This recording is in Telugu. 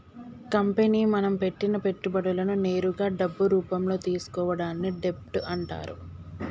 కంపెనీ మనం పెట్టిన పెట్టుబడులను నేరుగా డబ్బు రూపంలో తీసుకోవడాన్ని డెబ్ట్ అంటరు